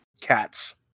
Cats